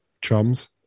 chums